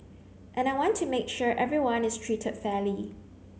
and I want to make sure everyone is treated fairly